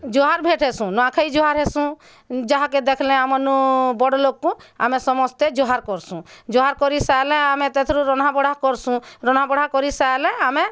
ଜୁହାର୍ ଭେଟେସୁଁ ନୂଆଁଖାଇ ଜୁହାର୍ ହେସୁଁ ଯାହାକେ ଦେଖିଲେ ଆମର୍ ନୁ ବଡ଼୍ ଲୋକଙ୍କୁ ଆମେ ସମସ୍ତେ ଜୁହାର୍ କରସୁଁ ଜୁହାର୍ କରିସାରିଲେ ଆମେ ତା'ଥିରୁ ରନ୍ଧା ବଢ଼ା କରସୁଁ ରନ୍ଧା ବଢ଼ା କରିସାରିଲେ ଆମେ